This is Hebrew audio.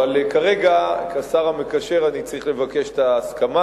אבל כרגע, כשר המקשר, אני צריך לבקש את ההסכמה,